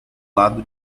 lado